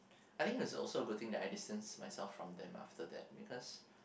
I think is also a good thing that I distanced myself from them after that because